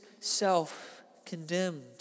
self-condemned